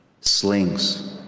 slings